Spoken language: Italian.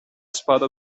spada